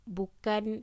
bukan